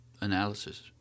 analysis